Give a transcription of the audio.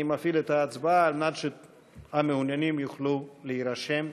אני מפעיל את ההצבעה כדי שמעוניינים יוכלו להירשם.